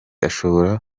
ashobora